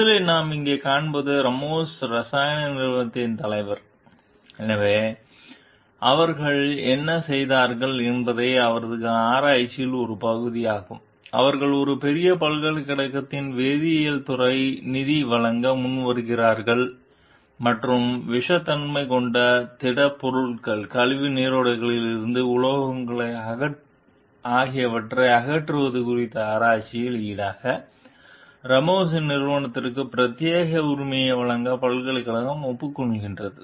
முதலில் நாம் இங்கே காண்பது ராமோஸ் ரசாயன நிறுவனத்தின் தலைவர் எனவே அவர்கள் என்ன செய்தார்கள் என்பதை அவரது ஆராய்ச்சியின் ஒரு பகுதியாக அவர்கள் ஒரு பெரிய பல்கலைக்கழகத்தின் வேதியியல் துறைக்கு நிதி வழங்க முன்வருகிறார்கள் மற்றும் விஷதன்மை கொண்ட திட பொருட்கள் கழிவு நீரோடைகளில் இருந்து உலோகங்கள் ஆகியவற்றை அகற்றுவது குறித்த ஆராய்ச்சிக்கு ஈடாக ராமோஸின் நிறுவனத்திற்கு பிரத்யேக உரிமையை வழங்க பல்கலைக்கழகம் ஒப்புக்கொள்கிறது